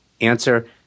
Answer